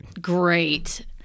Great